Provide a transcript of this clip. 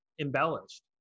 embellished